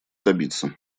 добиться